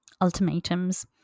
ultimatums